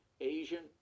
Asian